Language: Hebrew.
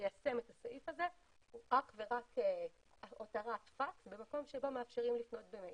ליישם את הסעיף הזה הוא אך ורק --- במקום שבו מאפשרים לפנות במייל.